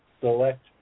select